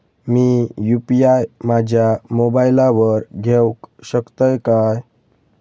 मी UPI माझ्या मोबाईलावर घेवक शकतय काय?